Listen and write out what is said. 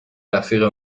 رفیق